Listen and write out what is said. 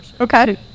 Okay